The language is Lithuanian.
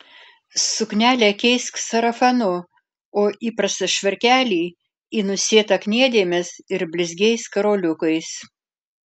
suknelę keisk sarafanu o įprastą švarkelį į nusėtą kniedėmis ir blizgiais karoliukais